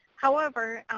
however,